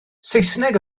saesneg